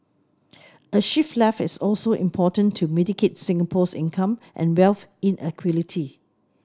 a shift left is also important to mitigate Singapore's income and wealth inequality